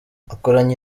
akoranye